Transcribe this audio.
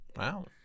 Wow